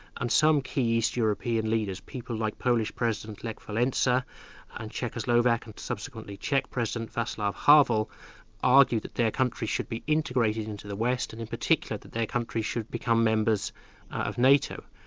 and some key east european leaders, people like polish president lech walesa and czechoslovak and subsequently czech president, vasilav havel argued that their countries should be integrated into the west and in particular that their countries should become members of nato.